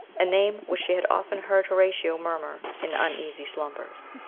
a name which she had often heard horatio murmur in uneasy slumbers.